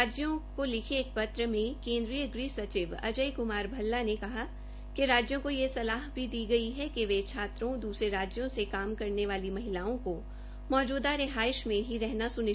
राज्यों के लिखे एक पत्र में केन्द्रीय गृहमंत्री सचिव अजय क्मार भल्ला ने कहा कि राज्यों को यह सलाह भी दी गई है कि वे छात्रों दूसरे राज्यों से काम करने वाली महिलाओं को मौजूदा रिहायश में ही रहना सुनिश्चित करने के लिए कदम उठाये